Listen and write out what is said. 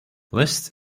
list